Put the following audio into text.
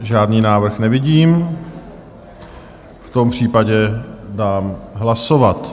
Žádný návrh nevidím, v tom případě dám hlasovat.